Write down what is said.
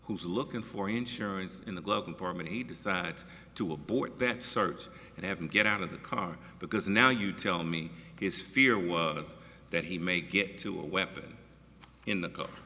who's looking for insurance in the glove compartment he decides to abort that sort and have him get out of the car because now you tell me his fear that he may get to a weapon in the car